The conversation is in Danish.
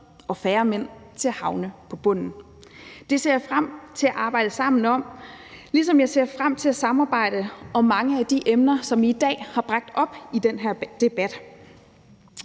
og færre mænd til at havne på bunden. Det ser jeg frem til at arbejde sammen om, ligesom jeg ser frem til at samarbejde om mange af de emner, som vi i dag har bragt op i den her debat.